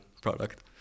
product